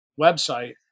website